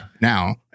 now